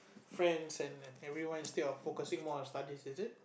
friends and everyone instead of focusing more on studies is it